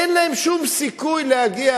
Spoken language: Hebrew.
אין להם שום סיכוי להגיע.